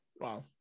Wow